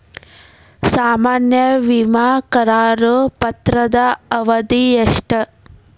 ಸಾಮಾನ್ಯ ವಿಮಾ ಕರಾರು ಪತ್ರದ ಅವಧಿ ಎಷ್ಟ?